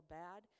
bad